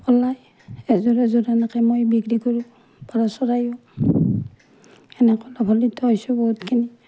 ওলায় এযোৰ এযোৰ এনেকৈ মই বিক্ৰী কৰোঁ পাৰ চৰাই